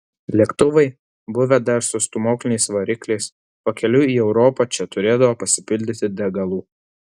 lėktuvai buvę dar su stūmokliniais varikliais pakeliui į europą čia turėdavo pasipildyti degalų